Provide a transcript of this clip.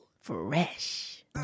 fresh